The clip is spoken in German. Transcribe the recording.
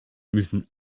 müssen